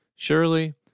Surely